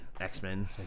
X-Men